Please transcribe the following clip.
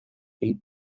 eight